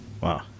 Wow